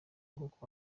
kuko